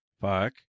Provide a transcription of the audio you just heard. fuck